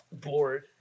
bored